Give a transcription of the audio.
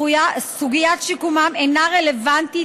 סוגיית שיקומם אינה רלוונטית,